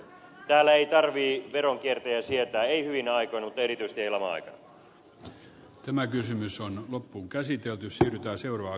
täällä ei tarvitse veronkiertäjiä sietää ei hyvinä aikoina mutta erityisesti ei laman aikana